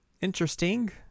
interesting